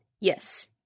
Yes